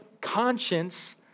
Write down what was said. conscience